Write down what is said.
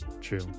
true